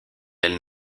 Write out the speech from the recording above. elle